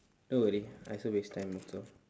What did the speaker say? don't worry I also waste time also